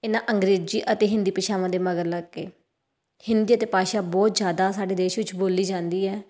ਇਹਨਾਂ ਅੰਗਰੇਜ਼ੀ ਅਤੇ ਹਿੰਦੀ ਭਾਸ਼ਾਵਾਂ ਦੇ ਮਗਰ ਲੱਗ ਕੇ ਹਿੰਦੀ ਅਤੇ ਭਾਸ਼ਾ ਬਹੁਤ ਜ਼ਿਆਦਾ ਸਾਡੇ ਦੇਸ਼ ਵਿੱਚ ਬੋਲੀ ਜਾਂਦੀ ਹੈ